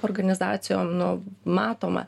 organizacijom nu matoma